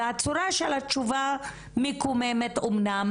והצורה של התשובה מקוממת אמנם,